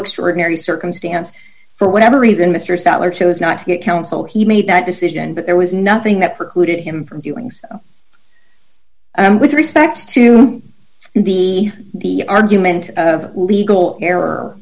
extraordinary circumstance for whatever reason mr salar chose not to get counsel he made that decision but there was nothing that precluded him from doing so with respect to the the argument of legal error